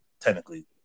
technically